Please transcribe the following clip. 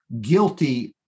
guilty